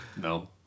No